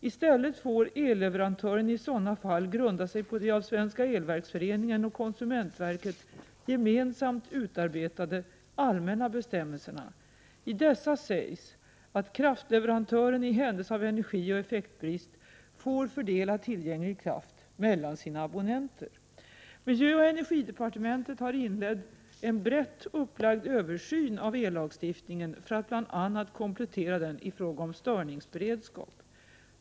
I stället får elleverantören i sådana fall grunda sig på de av Svenska elverksföreningen och konsumentverket gemensamt utarbetade allmänna bestämmelserna. I dessa sägs att kraftleverantören i händelse av energioch effektbrist får fördela tillgänglig kraft mellan sina abonnenter. Miljöoch energidepartementet har inlett en brett upplagd översyn av ellagstiftningen för att bl.a. komplettera den i fråga om störningsberedskap.